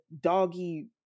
doggy